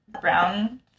brown